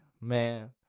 Man